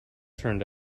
turned